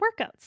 workouts